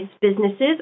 businesses